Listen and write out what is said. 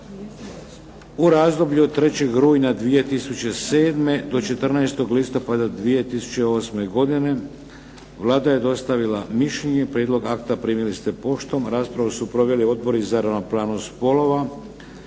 u razdoblju od 3. rujna 2007. do 14. listopada 2008. godine. Vlada je dostavila mišljenje. Prijedlog akta primili ste poštom. Raspravu su proveli Odbor za ravnopravnost spolova,